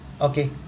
Okay